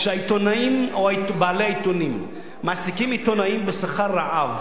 כשהעיתונאים או בעלי העיתונים מעסיקים עיתונאים בשכר רעב,